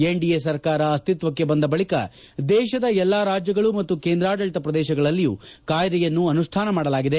NDA ಸರ್ಕಾರ ಅಶ್ವಿಕ್ಷಕ್ಕೆ ಬಂದ ನಂತರ ದೇಶದ ಎಲ್ಲಾ ರಾಜ್ಯಗಳು ಮತ್ತು ಕೇಂದ್ರಾಡಳಿತ ಪ್ರದೇಶಗಳಲ್ಲಿಯೂ ಕಾಯ್ದೆಯನ್ನು ಅನುಷ್ಠಾನ ಮಾಡಲಾಗಿದೆ